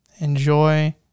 enjoy